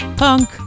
punk